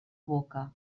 boca